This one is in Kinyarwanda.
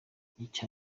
icya